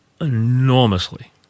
enormously